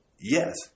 yes